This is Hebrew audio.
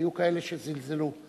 היו כאלה שזלזלו.